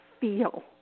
feel